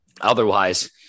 otherwise